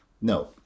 No